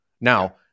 now